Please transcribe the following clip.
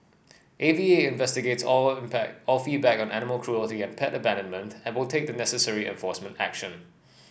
A V A investigates all all feedback on animal cruelty and pet abandonment able take the necessary enforcement action